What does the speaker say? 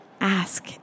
Ask